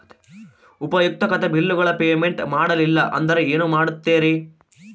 ಉಪಯುಕ್ತತೆ ಬಿಲ್ಲುಗಳ ಪೇಮೆಂಟ್ ಮಾಡಲಿಲ್ಲ ಅಂದರೆ ಏನು ಮಾಡುತ್ತೇರಿ?